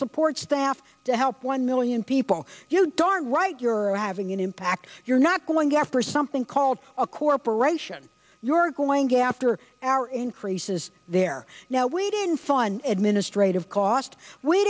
support staff to help one million people you darn right you're having an impact you're not going after something called a corporation you're going after our increases there now we didn't fund administrative cost we